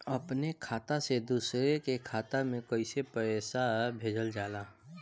अपने खाता से दूसरे के खाता में कईसे पैसा भेजल जाला?